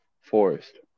forest